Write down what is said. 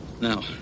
now